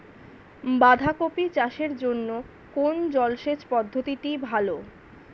বাঁধাকপি চাষের জন্য কোন জলসেচ পদ্ধতিটি ভালো?